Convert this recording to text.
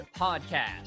Podcast